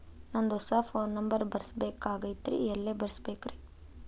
ನಂದ ಹೊಸಾ phone number ಬರಸಬೇಕ್ ಆಗೈತ್ರಿ ಎಲ್ಲೆ ಬರಸ್ಬೇಕ್ರಿ?